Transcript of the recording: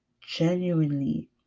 genuinely